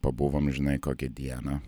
pabuvom žinai kokią dieną